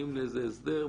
מגיעים לאיזה הסדר,